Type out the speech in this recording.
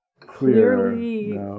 clearly